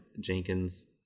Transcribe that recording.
Jenkins